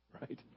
Right